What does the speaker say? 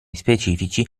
specifici